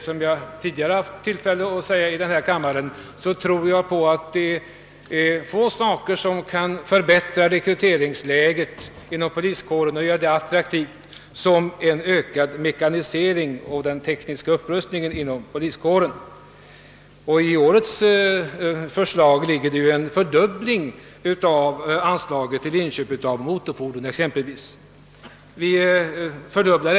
Jag har tidigare i denna kammare haft tillfälle att framhålla att få saker är mera ägnade att förbättra rekryteringsläget inom poliskåren och göra polismannens yrke mera attraktivt än ökad mekanisering och en teknisk upprustning inom kåren. Årets förslag innebär också en fördubbling av anslaget för inköp av motorfordon, för att ta ett exempel.